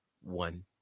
one